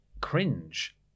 cringe